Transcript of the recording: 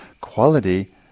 quality